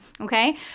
Okay